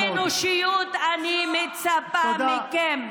לטיפת אנושיות אני מצפה מכם.